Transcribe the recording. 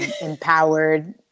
empowered